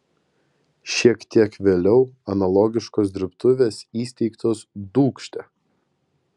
šiek tiek vėliau analogiškos dirbtuvės įsteigtos dūkšte